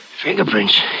Fingerprints